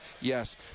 yes